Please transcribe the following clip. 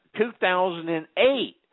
2008